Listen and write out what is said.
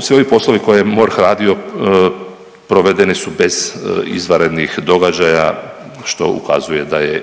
Svi ovi poslovi koje je MORH radio provedeni su bez izvanrednih događaja, što ukazuje da je